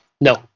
No